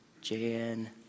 Jan